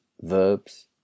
verbs